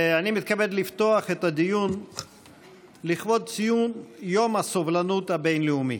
אני מתכבד לפתוח את הדיון לכבוד ציון יום הסובלנות הבין-לאומי